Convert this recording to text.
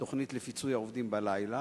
תוכנית לפיצוי העובדים בלילה?